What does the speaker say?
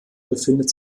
befindet